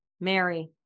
Mary